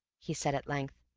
he said at length.